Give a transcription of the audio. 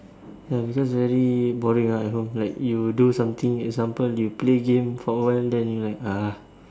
ya because very boring ah at home like you do something for example play game for a while then you like ah